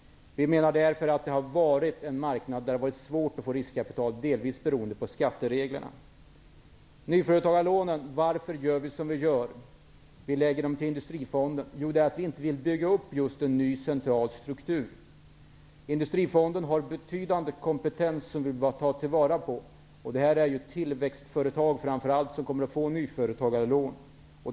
Vi menar att det har varit en marknad där det har varit svårt att få riskkapital, delvis beroende på skattereglerna. Varför gör vi som vi gör med nyföretagarlånen? Vi lägger dem ju i Industrifonden. Jo, vi vill inte bygga upp en ny central struktur. Industrifonden har betydande kompetens som vi vill ta vara på. Det är framför allt tillväxtföretag som kommer att få nyföretagarlån.